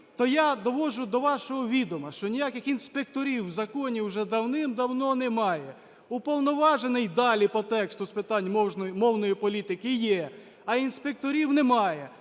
то я доводжу до вашого відома, що ніяких інспекторів в законі уже давним-давно немає. Уповноважений, далі по тексту, з питань мовної політики є, а інспекторів немає.